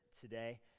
today